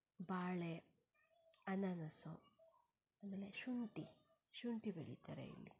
ಬಾಳೆ ಅನಾನಸು ಆಮೇಲೆ ಶುಂಠಿ ಶುಂಠಿ ಬೆಳೀತಾರೆ ಇಲ್ಲಿ